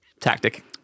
tactic